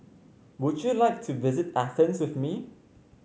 would you like to visit Athens with me